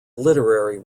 literary